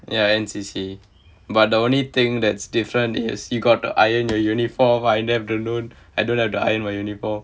ya N_C_C but the only thing that's different is you got to iron your uniform I don't have I don't have to iron my uniform